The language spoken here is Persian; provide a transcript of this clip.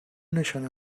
نشانه